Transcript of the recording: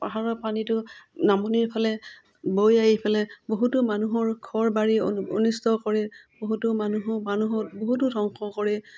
পাহাৰৰ পানীটো নামনিৰ ফালে বৈ আহি পালে বহুতো মানুহৰ ঘৰ বাৰী অনিষ্ট কৰে বহুতো মানুহো মানুহক বহুতো ধ্বংস কৰে